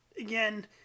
Again